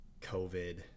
covid